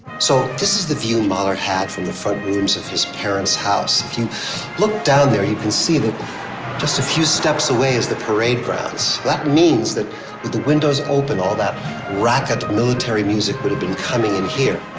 so this is the view mahler had from the front rooms of his parents' house. if you look down there, you can see that just a few steps away is the parade grounds. that means that with the windows open, all that racket military music would have been coming in here.